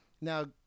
now